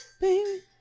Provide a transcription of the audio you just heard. baby